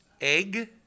egg